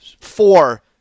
Four